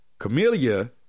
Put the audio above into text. camellia